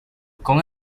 con